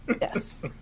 Yes